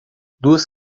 duas